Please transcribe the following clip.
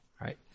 right